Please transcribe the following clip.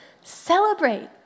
Celebrate